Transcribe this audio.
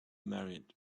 married